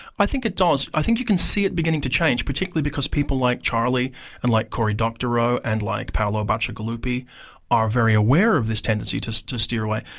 i think it does. i think you can see it beginning to change, particularly because people like charlie and like cory doctorow and like paolo bacigalupi are very aware of this tendency to so to steer away.